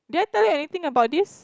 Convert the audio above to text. did I tell you anything about this